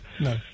No